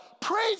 Praise